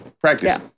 practice